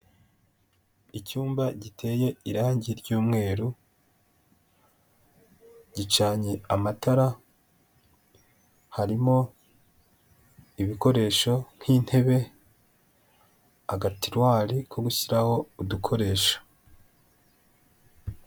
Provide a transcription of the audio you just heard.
Icyumba giteye irangi ry'umweru, gicanye amatara, harimo ibikoresho nk'intebe, agatiruwari ko gushyiraho udukoresho.